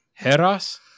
Heras